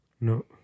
No